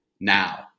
now